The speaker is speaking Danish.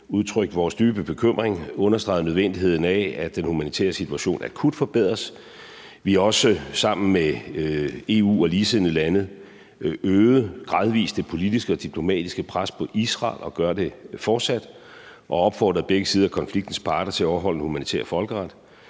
udtrykt vores dybe bekymring og understreget nødvendigheden af, at den humanitære situation akut forbedres. Vi har også sammen med EU og ligesindede lande gradvis øget det politiske og diplomatiske pres på Israel og gør det fortsat og opfordret begge parter i konflikten til at overholde den humanitære folkeret.